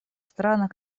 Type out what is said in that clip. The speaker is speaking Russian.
странах